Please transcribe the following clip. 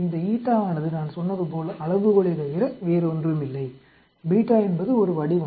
இந்த ஆனது நான் சொன்னதுபோல் அளவுகோளே தவிர வேறு ஒன்றும் இல்லை β என்பது ஒரு வடிவம்